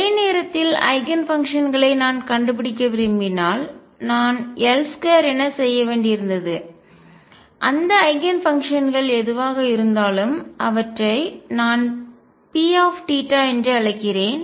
ஒரே நேரத்தில் ஐகன் ஃபங்க்ஷன்களை நான் கண்டுபிடிக்க விரும்பினால் நான் L2 என செய்ய வேண்டியிருந்தது அந்த ஐகன் ஃபங்க்ஷன்கள் எதுவாக இருந்தாலும் அவற்றை நான் P θ என்று அழைக்கிறேன்